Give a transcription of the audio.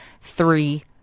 three